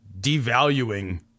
devaluing